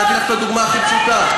נתתי לך את הדוגמה הכי פשוטה.